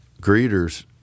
greeters